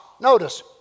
Notice